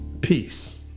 peace